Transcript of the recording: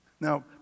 Now